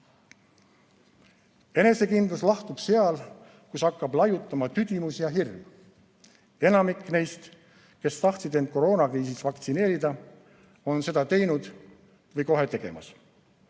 Enesekindlus lahtub seal, kus hakkab laiutama tüdimus ja hirm. Enamik neist, kes tahtsid end koroonakriisis vaktsineerida, on seda teinud või kohe tegemas.